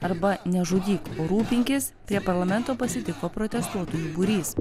arba nežudyk rūpinkis prie parlamento pasitiko protestuotojų būrys